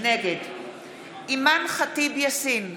נגד אימאן ח'טיב יאסין,